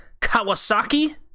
Kawasaki